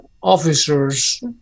officers